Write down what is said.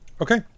Okay